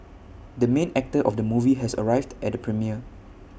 the main actor of the movie has arrived at the premiere